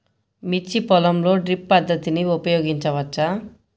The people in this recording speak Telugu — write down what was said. మిర్చి పొలంలో డ్రిప్ పద్ధతిని ఉపయోగించవచ్చా?